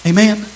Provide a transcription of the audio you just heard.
Amen